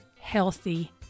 healthy